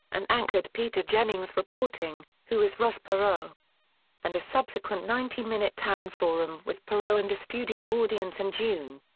and anchored peter jennings reporting who is ross perot and a subsequent ninety minute town forum with perot and a studio audience in and june.